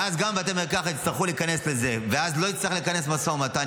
ואז גם בתי מרקחת יצטרכו להיכנס לזה ולא נצטרך לכנס משא ומתן,